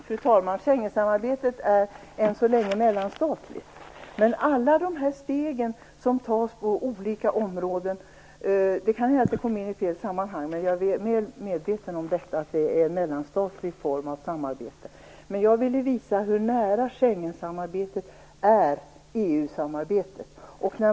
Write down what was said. Fru talman! Schengensamarbetet är än så länge mellanstatligt. Det kan hända att det jag sade kom in i fel sammanhang, men jag är väl medveten om att det rör sig om en mellanstatlig form av samarbete. Jag ville dock visa hur nära Schengensamarbetet är EU samarbetet.